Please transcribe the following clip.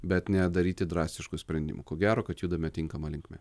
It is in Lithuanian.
bet nedaryti drastiškų sprendimų ko gero kad judame tinkama linkme